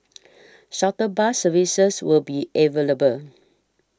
shuttle bus services will be available